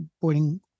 boarding